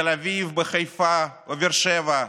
בתל אביב, בחיפה, בבאר שבע.